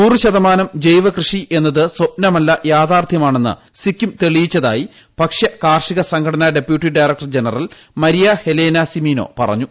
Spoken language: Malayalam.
നൂറ് ശതമാനം ജൈവ കൃഷി എന്നത് സ്വപ്നമല്ല യാഥാർത്ഥ്യമാണെന്ന് സിക്കിം തെളിയിച്ചതായി ഭക്ഷ്യ കാർഷിക സംഘടന deputy director general Maria Helena Cimino പറഞ്ഞു